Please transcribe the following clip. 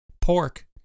pork